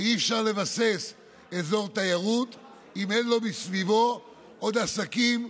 שאי-אפשר לבסס אזור תיירות אם אין מסביבו עוד עסקים.